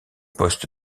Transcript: poste